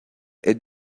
est